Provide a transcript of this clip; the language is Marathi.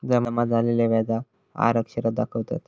जमा झालेल्या व्याजाक आर अक्षरात दाखवतत